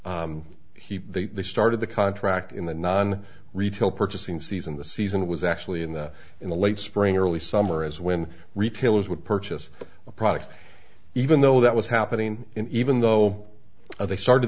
testified that he started the contract in the non retail purchasing season the season was actually in the in the late spring early summer as when retailers would purchase a product even though that was happening in even though they started